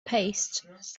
paste